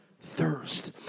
thirst